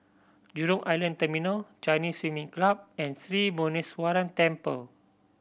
Jurong Island Terminal Chinese Swimming Club and Sri Muneeswaran Temple